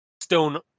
stone